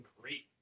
great